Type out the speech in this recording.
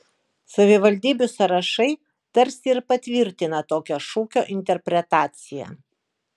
savivaldybių sąrašai tarsi ir patvirtina tokią šūkio interpretaciją